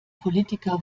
politiker